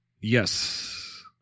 Yes